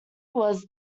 was